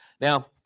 Now